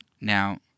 Now